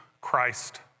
Christ